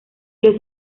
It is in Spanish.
los